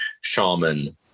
shaman